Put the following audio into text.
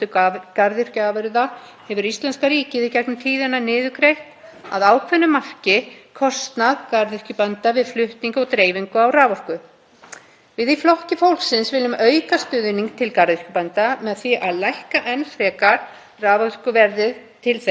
Við í Flokki fólksins viljum auka stuðning til garðyrkjubænda með því að lækka enn frekar raforkuverðið til þeirra. Við viljum að á næstu fjórum árum verði niðurgreiddur allur kostnaður við flutning og dreifingu raforku til framleiðslu á garðyrkjuafurðum.